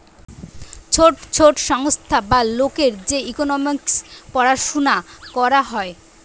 ছোট ছোট সংস্থা বা লোকের যে ইকোনোমিক্স পড়াশুনা করা হয়